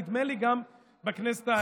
נדמה לי שגם בכנסת העשרים,